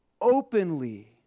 openly